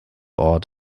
ort